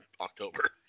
October